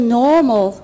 normal